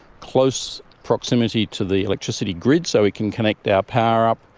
close proximity to the electricity grid so we can connect our power up,